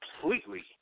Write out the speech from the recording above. completely